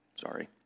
Sorry